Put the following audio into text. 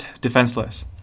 defenseless